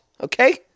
Okay